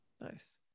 nice